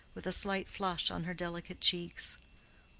with a slight flush on her delicate cheeks.